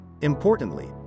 Importantly